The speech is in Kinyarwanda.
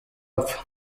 apfa